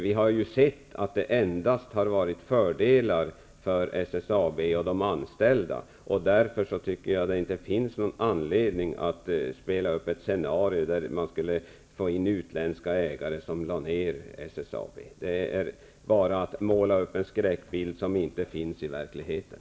Vi har ju sett att det endast har inneburit fördelar för SSAB och de anställda. Därför tycker jag inte att det finns någon anledning att spela upp ett scenario där utländska ägare skulle gå in och lägga ned SSAB. Det är bara att måla upp en skräckbild som inte finns i verkligheten.